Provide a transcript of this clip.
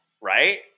right